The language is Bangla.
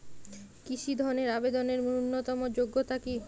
কৃষি ধনের আবেদনের ন্যূনতম যোগ্যতা কী?